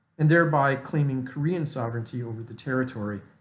and thereby claiming korean sovereignty over the territory,